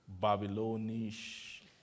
Babylonish